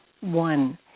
one